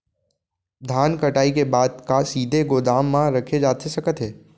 धान कटाई के बाद का सीधे गोदाम मा रखे जाथे सकत हे?